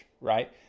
right